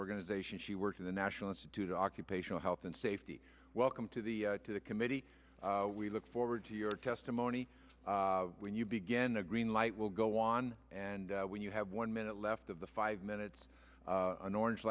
organization she worked at the national institute of occupational health and safety welcome to the to the committee we look forward to your testimony when you begin the green light will go on and when you have one minute left of the five minutes an orange